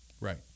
Right